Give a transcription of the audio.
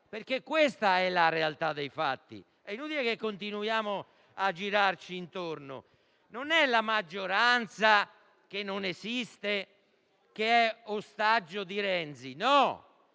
perché questa è la realtà dei fatti; è inutile che continuiamo a girarci intorno. Non è la maggioranza, che non esiste, a essere ostaggio di Renzi. No,